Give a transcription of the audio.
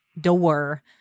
door